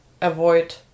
avoid